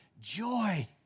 joy